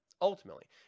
Ultimately